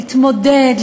להתמודד,